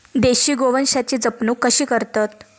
देशी गोवंशाची जपणूक कशी करतत?